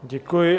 Děkuji.